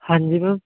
ਹਾਂਜੀ ਮੈਮ